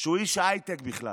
שהוא איש הייטק בכלל,